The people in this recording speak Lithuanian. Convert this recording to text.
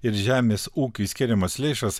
ir žemės ūkiui skiriamas lėšas